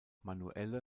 manuelle